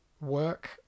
work